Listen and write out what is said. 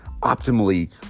optimally